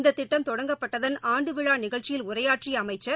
இந்த திட்டம் தொடக்கப்பட்டதன் ஆண்டு விழா நிகழ்ச்சியில் உரையாற்றிய அமைச்சர்